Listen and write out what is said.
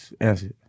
Answer